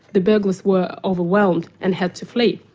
the burglars were overwhelmed and had to flee.